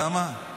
למה?